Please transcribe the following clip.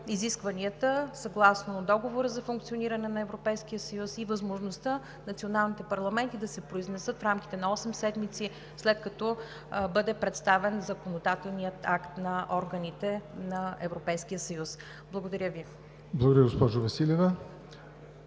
изискванията съгласно Договора за функциониране на Европейския съюз и възможността националните парламенти да се произнесат в рамките на осем седмици, след като бъде представен законодателният акт на органите на Европейския съюз. Благодаря Ви. (Ръкопляскания